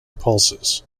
pulses